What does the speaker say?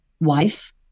wife